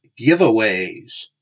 giveaways